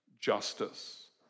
justice